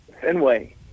Fenway